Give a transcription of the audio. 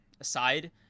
aside